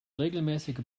regelmäßige